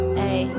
hey